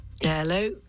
Hello